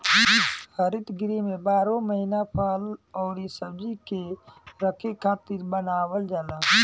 हरित गृह में बारहो महिना फल अउरी सब्जी के रखे खातिर बनावल जाला